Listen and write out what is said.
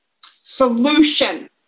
solution